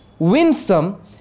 winsome